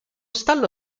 stallo